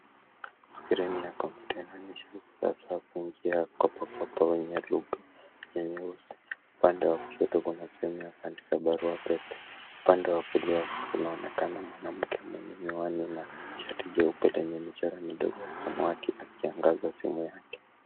Skrini ya computer , ukurasa wa kuingia kopokopo wenye lugha yenye uzi. Upande wa kushoto kuna sehemu ya kandika barua pepe. Upande wa kulia kunaonekana mwanamke mwenye miwani na shati jeupe lenye michoro midogo ya samawati akiangaza simu yake.